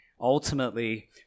ultimately